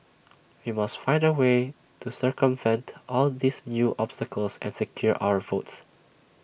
we must find A way to circumvent all these new obstacles and secure our votes